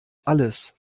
alles